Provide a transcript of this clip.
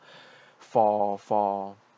for for